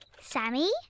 Sammy